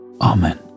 Amen